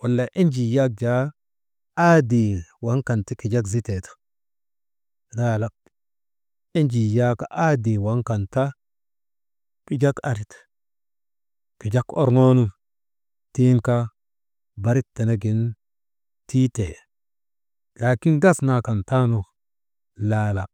wala enjii yak jaa aadii waŋ kan ti kijak zitee taa, laala enjii yak aadii waŋ kan ta kijak arte, kijak orŋoonu tiŋ kaa barik tenegin tii tee laakin gas naa kan taanu laala.